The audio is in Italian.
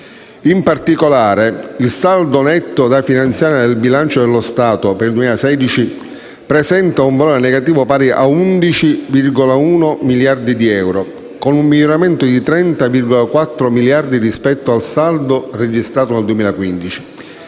In particolare, il saldo netto da finanziare del bilancio dello Stato per il 2016 presenta un valore negativo pari a 11,1 miliardi di euro, con un miglioramento di 30,4 miliardi rispetto al saldo registrato nel 2015,